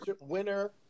winner